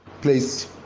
please